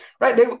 Right